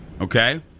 Okay